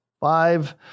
Five